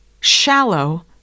shallow